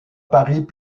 paris